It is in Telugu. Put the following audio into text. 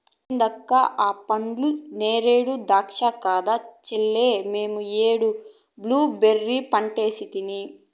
ఏంది అక్క ఆ పండ్లు నేరేడా దాచ్చా కాదు చెల్లే మేమీ ఏడు బ్లూబెర్రీ పంటేసితిని